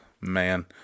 man